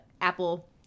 apple